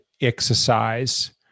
exercise